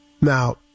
Now